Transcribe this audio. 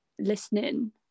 listening